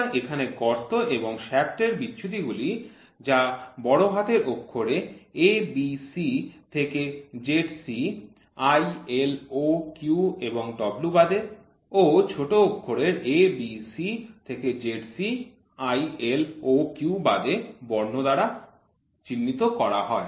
সুতরাং এখানে গর্ত এবং শ্যাফ্টের বিচ্যুতিগুলি যা বড় হাতের অক্ষর A B C থেকে ZC I L O Q এবং W বাদে ও ছোট অক্ষরে a b c থেকে zc i l o q বাদে বর্ণ দ্বারা চিহ্নিত করা হয়